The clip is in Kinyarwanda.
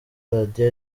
radio